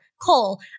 Cole